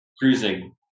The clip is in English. cruising